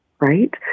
right